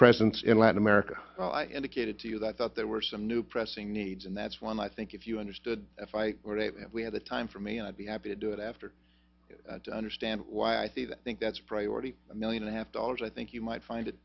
presence in latin america indicated to you that i thought there were some new pressing needs and that's one i think if you understood if i had the time for me i'd be happy to do it after understand why i think i think that's a priority a million and a half dollars i think you might find